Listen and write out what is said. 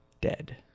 dead